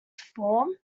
form